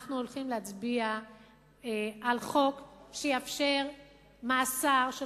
אנחנו הולכים להצביע על חוק שיאפשר מאסר של